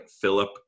Philip